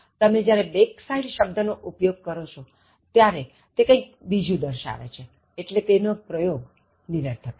તમે જ્યારે back side શબ્દ નો ઉપયોગ કરો છો ત્યારે તે કઈં બીજું દર્શાવે છેએટલે તેનો પ્રયોગ નિરર્થક છે